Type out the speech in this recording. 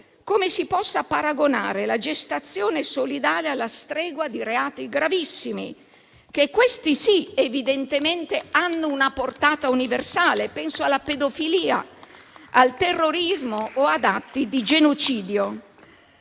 come si possa paragonare la gestazione solidale alla stregua di reati gravissimi che, questi sì, evidentemente hanno una portata universale: penso alla pedofilia, al terrorismo o ad atti di genocidio.